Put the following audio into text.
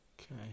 Okay